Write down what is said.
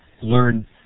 learn